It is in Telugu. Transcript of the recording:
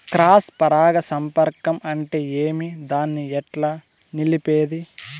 క్రాస్ పరాగ సంపర్కం అంటే ఏమి? దాన్ని ఎట్లా నిలిపేది?